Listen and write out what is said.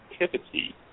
activity